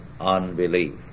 unbelief